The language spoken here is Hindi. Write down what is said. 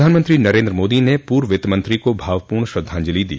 प्रधानमंत्री नरेन्द्र मोदी ने पूर्व वित्तमंत्री को भावपूर्ण श्रद्धांजलि दी